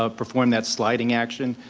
ah perform that sliding action,